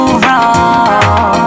wrong